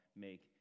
make